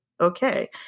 okay